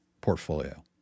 portfolio